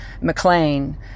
McLean